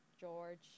George